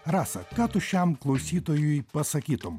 rasa ką tu šiam klausytojui pasakytum